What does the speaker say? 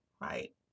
right